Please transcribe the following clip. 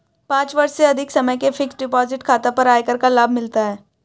पाँच वर्ष से अधिक समय के फ़िक्स्ड डिपॉज़िट खाता पर आयकर का लाभ मिलता है